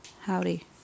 Howdy